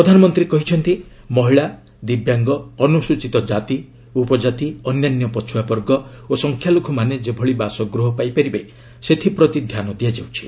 ପ୍ରଧାନମନ୍ତ୍ରୀ କହିଛନ୍ତି ମହିଳା ଦିବ୍ୟାଙ୍ଗ ଅନୁସୂଚିତ ଜାତି ଉପଜାତି ଅନ୍ୟାନ୍ୟ ପଛୁଆ ବର୍ଗ ଓ ସଂଖ୍ୟାଲଘୁମାନେ ଯେଭଳି ବାସଗୃହ ପାଇପାରିବେ ସେଥିପ୍ରତି ଧ୍ୟାନ ଦିଆଯାଉଛି